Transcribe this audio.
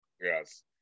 yes